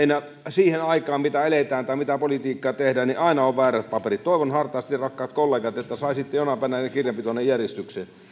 siihen aikaan mitä eletään tai mitä politiikkaa tehdään aina on väärät paperit toivon hartaasti rakkaat kollegat että saisitte jonain päivänä ne kirjanpitonne järjestykseen